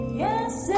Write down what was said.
yes